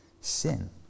sin